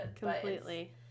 Completely